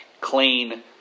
clean